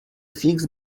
figs